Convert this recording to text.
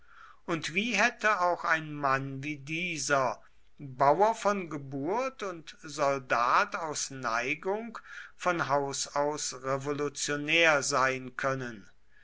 und wie hätte auch ein mann wie dieser bauer von geburt und soldat aus neigung von haus aus revolutionär sein können